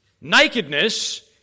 nakedness